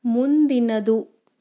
ಮುಂದಿನದು